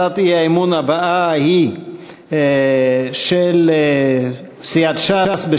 הצעת האי-אמון הבאה היא של סיעת ש"ס: